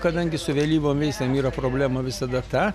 kadangi su vėlyvomis ten yra problema visada ta